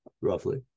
roughly